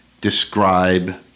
describe